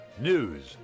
News